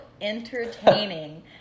entertaining